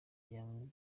young